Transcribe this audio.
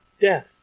Death